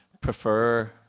prefer